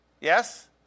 Yes